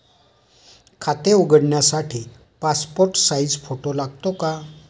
खाते उघडण्यासाठी passport size photo लागतो का?